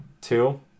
Two